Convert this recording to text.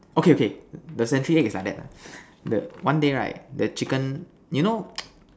okay okay the century egg is like that lah the one day right the chicken you know